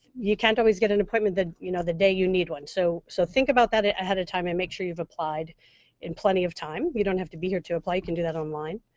you can't always get an appointment you know the day you need one. so so think about that ah ahead of time and make sure you've applied in plenty of time. you don't have to be here to apply. you can do that online.